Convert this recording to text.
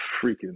freaking